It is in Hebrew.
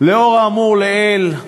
לאור האמור לעיל,